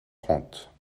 trente